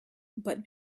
but